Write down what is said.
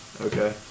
Okay